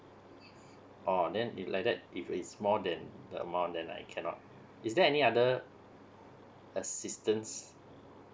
oh then if like that if it's more than the amount then I cannot is there any other assistance